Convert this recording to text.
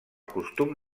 costum